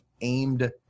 aimed